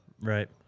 Right